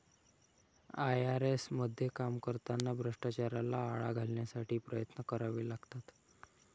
IRS मध्ये काम करताना भ्रष्टाचाराला आळा घालण्यासाठी प्रयत्न करावे लागतात